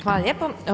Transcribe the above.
Hvala lijepo.